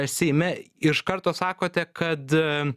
seime iš karto sakote kad